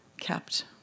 kept